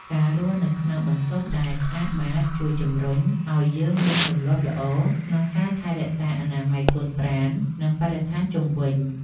ការរស់នៅក្នុងបន្ទប់ដែលស្អាតបាត ជួយជម្រុញឱ្យយើងមានទម្លាប់ល្អក្នុងការថែរក្សាអនាម័យខ្លួនប្រាណ និងបរិស្ថានជុំវិញ។